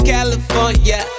California